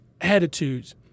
attitudes